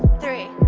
three,